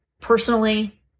personally